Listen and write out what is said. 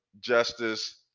justice